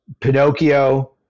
Pinocchio